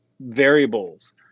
variables